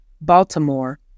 Baltimore